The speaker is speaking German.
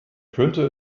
könnte